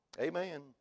Amen